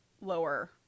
lower